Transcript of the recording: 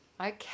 okay